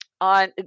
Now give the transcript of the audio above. on